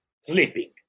sleeping